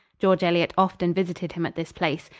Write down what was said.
george eliot often visited him at this place.